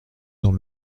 dans